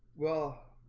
well